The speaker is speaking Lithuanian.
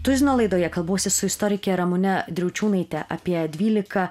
tuzino laidoje kalbuosi su istorike ramune driaučiūnaite apie dvylika